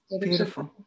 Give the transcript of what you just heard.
beautiful